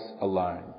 alone